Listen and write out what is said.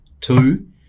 Two